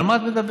על מה את מדברת?